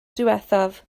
diwethaf